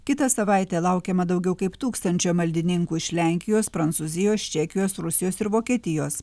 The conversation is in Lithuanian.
kitą savaitę laukiama daugiau kaip tūkstančio maldininkų iš lenkijos prancūzijos čekijos rusijos ir vokietijos